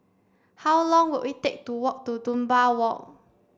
how long will it take to walk to Dunbar Walk